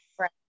Right